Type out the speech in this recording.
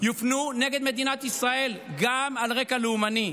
יופנו נגד מדינת ישראל גם על רקע לאומני?